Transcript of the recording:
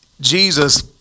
Jesus